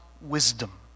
wisdom